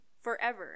forever